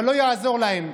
אבל לא יעזור להם.